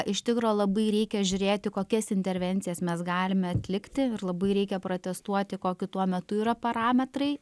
iš tikro labai reikia žiūrėti kokias intervencijas mes galime atlikti ir labai reikia pratestuoti koki tuo metu yra parametrai